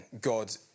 God